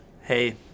Hey